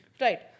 Right